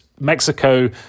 Mexico